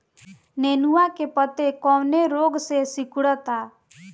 नेनुआ के पत्ते कौने रोग से सिकुड़ता?